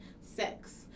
sex